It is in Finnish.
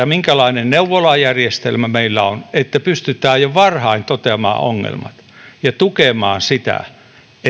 minkälainen neuvolajärjestelmä meillä on että pystytään jo varhain toteamaan ongelmat ja tukemaan sitä